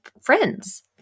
friends